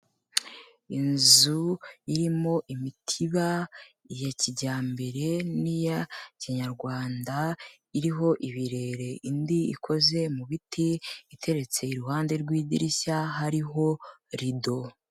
Inzu irimo imitiba ya kijyambere n'iya Kinyarwanda, iriho ibirere, indi ikoze mu biti iteretse iruhande rw'idirishya hariho rido.